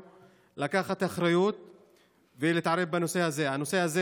אבל במקביל מקרי הרצח בחברה הערבית עולים בצורה דרסטית.